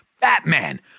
Batman